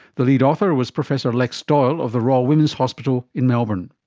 the lead author was professor lex doyle of the royal women's hospital in melbourne.